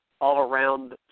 all-around